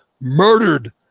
murdered